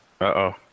Uh-oh